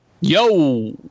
Yo